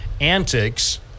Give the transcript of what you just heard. antics